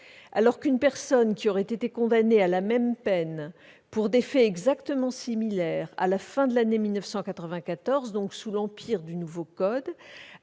une autre, qui aurait été condamnée à la même peine pour des faits exactement similaires à la fin de l'année 1994, donc sous l'empire du nouveau code,